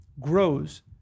grows